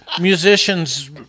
musicians